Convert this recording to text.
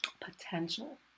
potential